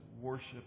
worship